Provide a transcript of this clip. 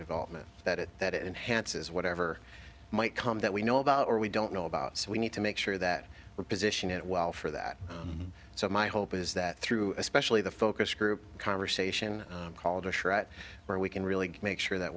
development that it that it enhances whatever might come that we know about or we don't know about so we need to make sure that we're positioned it well for that so my hope is that through especially the focus group conversation called a shot where we can really make sure that